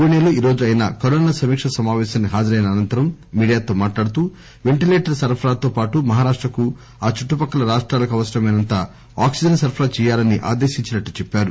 పూణేలో ఈరోజు ఆయన కరోనా సమీకా సమాపేశానికి హాజరైన అనంతరం మీడియాతో మాట్లాడుతూ పెంటిలేటర్ల సరఫరాతో పాటు మహారాష్టకు ఆ చుట్టుపక్కల రాష్టాలకు అవసరమైనంత ఆక్సిజన్ సరఫరా చేయాలని ఆదేశించినట్లు చేప్పారు